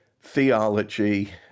theology